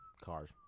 Cars